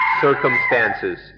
circumstances